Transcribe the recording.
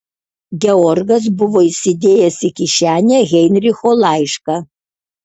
georgas buvo įsidėjęs į kišenę heinricho laišką